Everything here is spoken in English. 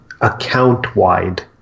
account-wide